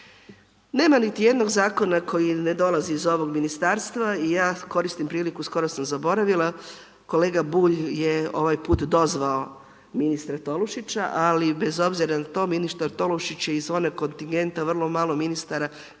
Nema niti jednog zakona koji ne dolazi iz ovog ministarstva i ja koristim priliku, skoro sam zaboravila, kolega Bulj je ovaj put dozvao ministra Tolušića ali bez obzira na to, ministar Tolušić je iz one kontingente vrlo ministara koji